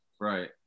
right